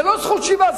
זה לא זכות שיבה.